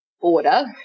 order